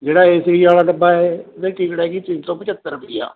ਜਿਹੜਾ ਏਸੀ ਵਾਲਾ ਡੱਬਾ ਹੈ ਉਹਦੀ ਟਿਕਟ ਹੈਗੀ ਤਿੰਨ ਸੌ ਪੰਝੱਤਰ ਰੁਪਈਆ